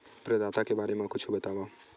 प्रदाता के बारे मा कुछु बतावव?